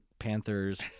Panthers